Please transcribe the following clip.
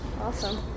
awesome